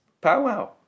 powwow